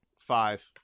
Five